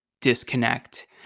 disconnect